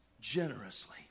generously